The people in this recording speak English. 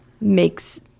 makes